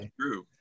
true